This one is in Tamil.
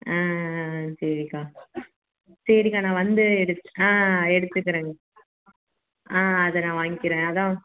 ஆ ஆ ஆ சரிக்கா சரிக்கா நான் வந்து ட்ரெஸ் ஆ எடுத்துக்குறேன் ஆ அதை நான் வாங்கிக்கிறேன் அதான்